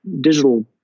digital